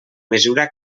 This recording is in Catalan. mesura